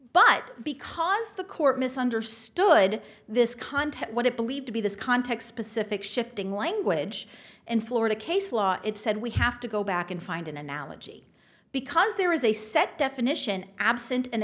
but because the court misunderstood this content what it believed to be this context specific shifting language and florida case law it said we have to go back and find an analogy because there is a set definition absent an